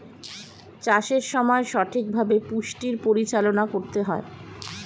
চাষের সময় সঠিকভাবে পুষ্টির পরিচালনা করতে হয়